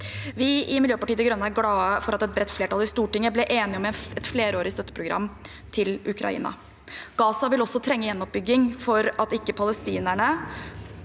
Vi i Miljøpartiet De Grønne er glade for at et bredt flertall i Stortinget ble enige om et flerårig støtteprogram til Ukraina. Gaza vil også trenge gjenoppbygging for at palestinerne